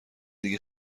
دیگه